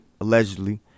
allegedly